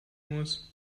muss